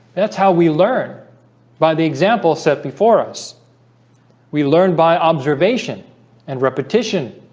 that's how we learn by the example set before us we learn by observation and repetition